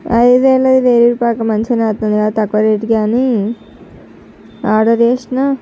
ఐదు వందలది వేయి రూపాయలకు మంచిగా వస్తుందని తక్కువ రేటుకు అని ఆర్డర్ చేసిన